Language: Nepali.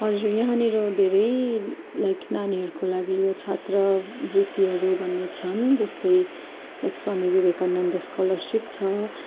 हजुर यहाँनिर धेरै लाइक नानीहरूको लागि यो छात्रवृत्तिहरू भन्ने छन् जस्तै लाइक स्वामी विवेकानन्द स्कोलरसिप छ